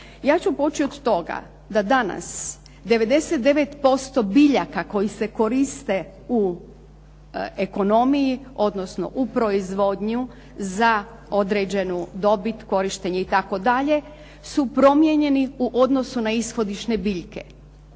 Ja ću poći od toga da danas 99% biljaka koje se koriste u ekonomiji odnosno u proizvodnji za određenu dobit, korištenje itd. su promijenjeni u odnosu na ishodišne biljke.